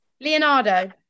Leonardo